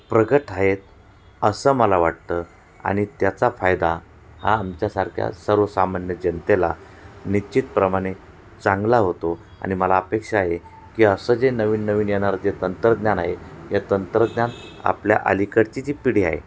प्रगत आहेत असं मला वाटतं आणि त्याचा फायदा हा आमच्यासारख्या सर्वसामान्य जनतेला निश्चितप्रमाणे चांगला होतो आणि मला अपेक्षा आहे की असं जे नवीन नवीन येणारं जे तंत्रज्ञान आहे या तंत्रज्ञान आपल्या अलीकडची जी पिढी आहे